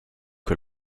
que